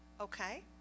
okay